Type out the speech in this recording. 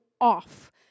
off